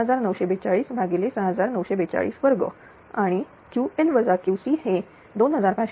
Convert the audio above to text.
6942 भागिले 6942 वर्ग आणि QL QC हे 2556